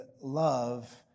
love